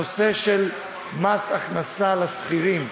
הנושא של מס הכנסה לשכירים,